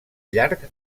llarg